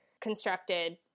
constructed